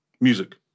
music